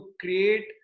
create